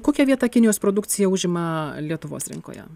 kokią vietą kinijos produkcija užima lietuvos rinkoje